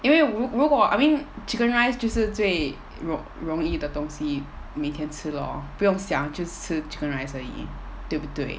因为如如果 I mean chicken rice 就是最容容易的东西每天吃 lor 不用想就吃 chicken rice 而已对不对